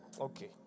okay